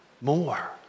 more